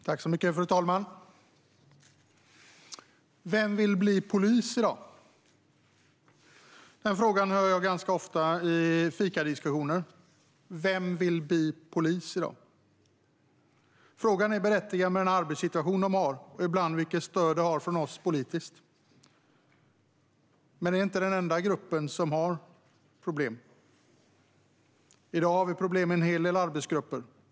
Fru talman! Vem vill bli polis i dag? Den frågan hör jag ganska ofta i fikadiskussioner. Vem vill bli polis i dag? Frågan är berättigad med tanke på den arbetssituation poliser har och ibland vilket stöd de får från oss i politiken. Men poliser är inte den enda grupp som har problem. I dag har vi problem i en hel del arbetsgrupper.